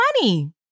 money